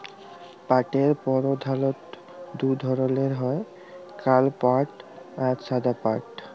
পাটের পরধালত দু ধরলের হ্যয় কাল পাট আর সাদা পাট